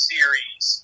Series